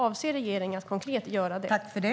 Avser regeringen att konkret göra det?